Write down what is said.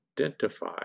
identify